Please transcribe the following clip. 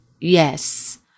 yes